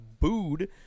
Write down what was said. booed